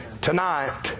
Tonight